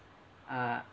are